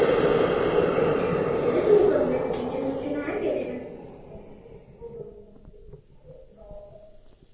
अच्छा छड़े दो कमरे न किचन कुचन ऐ किश